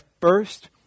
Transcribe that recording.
first